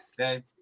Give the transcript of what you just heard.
Okay